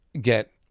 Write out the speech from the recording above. get